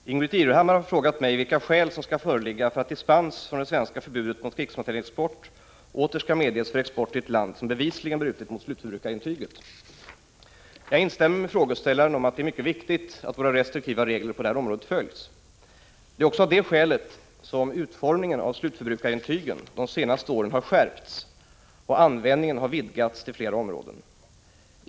Herr talman! Ingbritt Irhammar har frågat mig vilka skäl som skall föreligga för att dispens från det svenska förbudet mot krigsmaterielexport åter skall medges för export till ett land som bevisligen brutit mot slutförbrukarintyget. Jag instämmer med frågeställaren att det är mycket viktigt att våra restriktiva regler på detta område följs. Det är också av detta skäl som utformningen av slutförbrukarintyget de senaste åren har skärpts och användningen vidgats till flera områden.